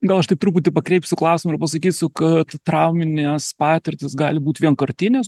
gal aš taip truputį pakreipsiu klausimą ir pasakysiu kad trauminės patirtys gali būt vienkartinės